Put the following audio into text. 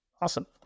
Awesome